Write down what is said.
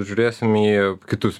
žiūrėsim į kitus